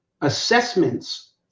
assessments